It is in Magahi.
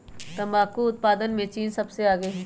तंबाकू उत्पादन में चीन सबसे आगे हई